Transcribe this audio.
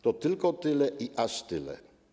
To tylko tyle i aż tyle.